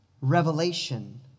revelation